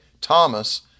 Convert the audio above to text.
Thomas